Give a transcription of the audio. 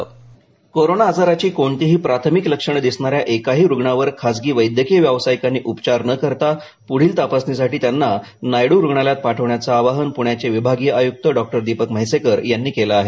corona उपचार इशारा corona आजाराची कोणतीही प्राथमिक लक्षणे दिसणाऱ्या एकाही रुग्णावर खासगी वैद्यकीय व्यावसायिकांनी उपचार न करता पुढील तपासणीसाठी त्यांना नायडू रुग्णालयात पाठवण्याचं आवाहन पुण्याचे विभागीय आयुक्त डॉक्टर दीपक म्हैसेकर यांनी केलं आहे